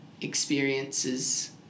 experiences